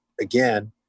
again